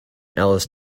alice